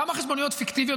כמה חשבוניות פיקטיביות,